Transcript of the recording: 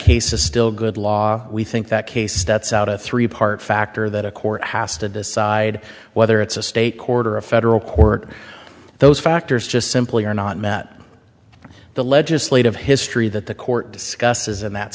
case is still good law we think that case that's out a three part factor that a court has to decide whether it's a state court or a federal court those factors just simply are not met in the legislative history that the court discusses and that